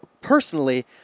personally